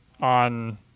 on